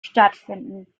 stattfinden